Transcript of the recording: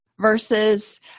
versus